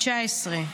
בת 19,